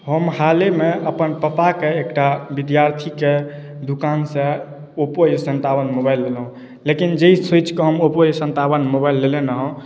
हम हाले मे अपन पपा के एकटा विद्यार्थी के दुकान सँ ओप्पो एस सन्तावन मोबाइल लेलहुॅं लेकिन जे सोचि कऽ हम ओप्पो एस सन्तावन मोबाइल लेने रहौ